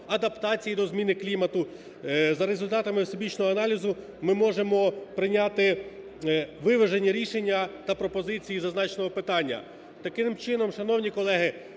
адаптації до зміни клімату. За результатами всебічного аналізу ми можемо прийняти виважені рішення та пропозиції з зазначеного питання. Таким чином, шановні колеги,